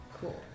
Cool